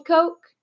Coke